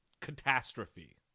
catastrophe